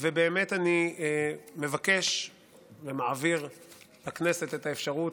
אני מבקש ומעביר לכנסת את האפשרות,